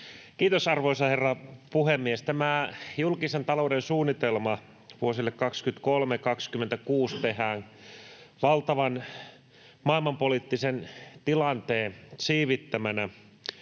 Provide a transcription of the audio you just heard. Kiitos, arvoisa herra puhemies! Tämä julkisen talouden suunnitelma vuosille 23—26 tehdään valtavan maailmanpoliittisen tilanteen siivittämänä.